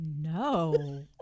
No